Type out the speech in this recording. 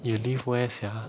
you live where sia